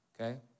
okay